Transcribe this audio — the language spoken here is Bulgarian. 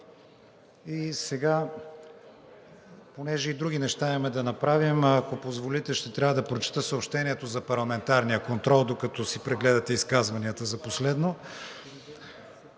Понеже и други неща имаме да направим, ако позволите, ще трябва да прочета съобщението за парламентарния контрол, докато си прегледате изказванията за последно.